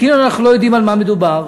כאילו אנחנו לא יודעים במה מדובר,